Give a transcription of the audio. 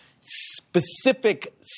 specific